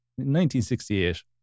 1968